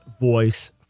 voice